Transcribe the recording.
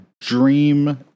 dream